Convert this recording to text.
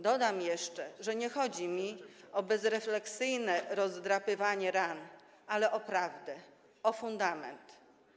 Dodam jeszcze, że chodzi mi nie o bezrefleksyjne rozdrapywanie ran, ale o prawdę, o fundament.